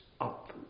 up